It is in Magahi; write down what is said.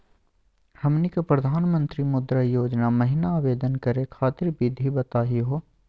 हमनी के प्रधानमंत्री मुद्रा योजना महिना आवेदन करे खातीर विधि बताही हो?